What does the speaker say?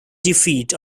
defeat